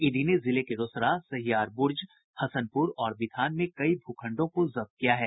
ED ने जिले के रोसड़ा सहियारबुर्ज हसनपुर और बिथान में कई भू खण्डों को जब्त किया है